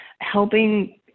helping